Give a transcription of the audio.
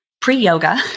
pre-yoga